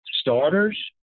starters